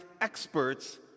experts